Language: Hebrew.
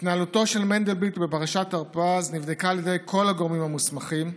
התנהלותו של מנדלבליט בפרשת הרפז נבדקה על ידי כל הגורמים המוסמכים.